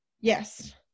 Yes